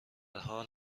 حال